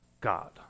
God